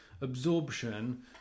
absorption